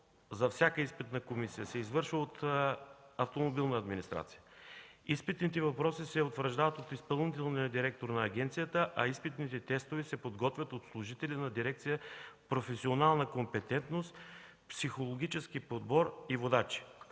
за всяка изпитна комисия, се извършва от „Автомобилна администрация”. Изпитните въпроси се утвърждават от изпълнителния директор на агенцията, а изпитните тестове се подготвят от служители на дирекция „Професионална компетентност, психологически подбор и водачи”.